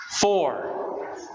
Four